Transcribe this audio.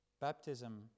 baptism